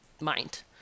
mind